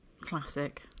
Classic